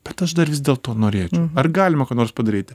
bet aš dar vis dėlto norėčiau ar galima ką nors padaryti